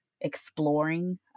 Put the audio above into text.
exploring